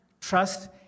Trust